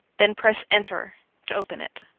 then press enter to open it.